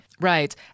Right